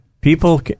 People